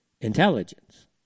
intelligence